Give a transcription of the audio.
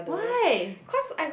why